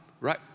right